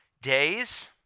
days